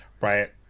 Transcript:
Right